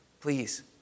please